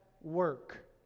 work